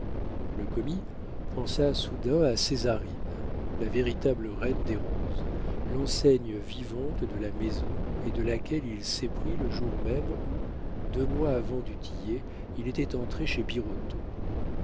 le commis pensa soudain à césarine la véritable reine des roses l'enseigne vivante de la maison et de laquelle il s'éprit le jour même où deux mois avant du tillet il était entré chez